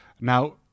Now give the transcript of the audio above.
Now